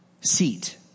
Seat